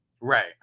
Right